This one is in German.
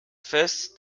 fest